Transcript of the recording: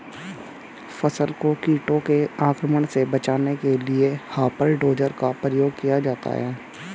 फसल को कीटों के आक्रमण से बचाने के लिए हॉपर डोजर का प्रयोग किया जाता है